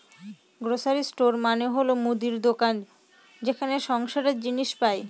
grocery store মানে হল মুদির দোকান যেখানে সংসারের জিনিস পাই